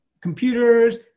computers